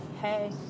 Hey